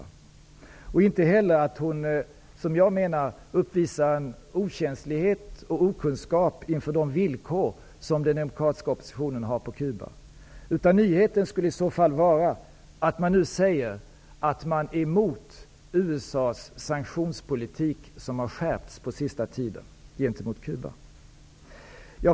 Och den är inte heller att hon, som jag menar, uppvisar en okänslighet och okunskap inför de villkor som den demokratiska oppositionen på Cuba har. Nyheten skulle i så fall vara att man nu säger att man är emot USA:s sanktionspolitik, som har skärpts under den senaste tiden gentemot Cuba.